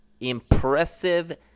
impressive